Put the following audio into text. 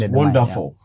wonderful